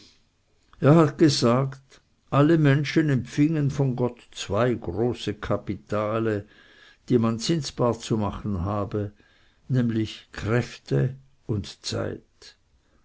er hat gesagt alle menschen empfingen von gott zwei große kapitale die man zinsbar zu machen habe nämlich kräfte und zeit